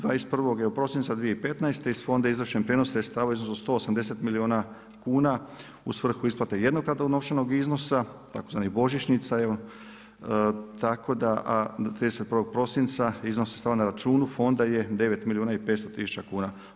21 prosinca 2015. iz fonda izvršen prijenos sredstava u iznosu za 180 milijuna kuna u svrhu isplate jednokratnog novčanih iznosa, tzv. božićnica, tako da 31. prosinca iznos stanja na računa fonda je 9 milijuna i 500 tisuća kuna.